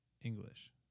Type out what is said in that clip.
English